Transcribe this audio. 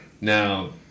Now